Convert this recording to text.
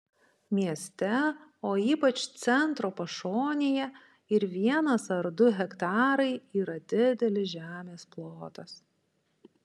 mieste o ypač centro pašonėje ir vienas ar du hektarai yra didelis žemės plotas